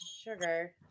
Sugar